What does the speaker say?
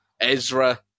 Ezra